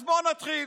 אז בואו נתחיל.